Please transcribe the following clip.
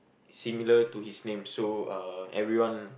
similar to his name so uh everyone